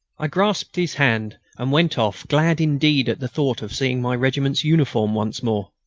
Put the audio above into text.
i grasped his hand and went off, glad indeed at the thought of seeing my regiment's uniform once more.